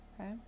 Okay